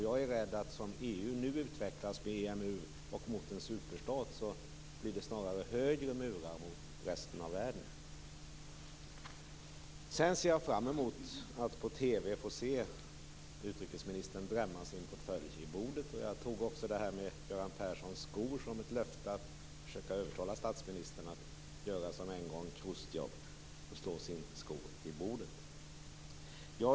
Jag är rädd att det - som EU nu utvecklas, med EMU och mot en superstat - snarare blir högre murar mot resten av världen. Jag ser fram emot att på TV få se utrikesministern drämma sin portfölj i bordet. Jag har tidigare tagit detta med Göran Perssons skor som ett löfte att försöka övertala statsministern att göra som Chrusjtjev en gång gjorde och slå sin sko i bordet.